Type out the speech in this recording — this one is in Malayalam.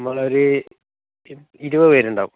നമ്മൾ ഒരു ഇരുപത് പേരുണ്ടാവും